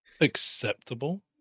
acceptable